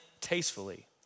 tastefully